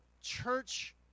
church